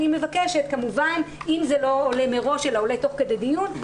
אני מבקשת כמובן שאם זה לא עולה מראש אלא עולה תוך כדי הדיון,